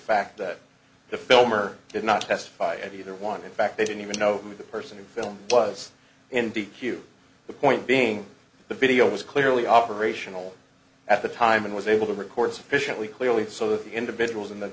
fact that the film or did not testify of either one in fact they didn't even know who the person in film was in d q the point being that the video was clearly operational at the time and was able to record sufficiently clearly so the individuals in the